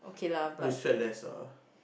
oh you sweat less ah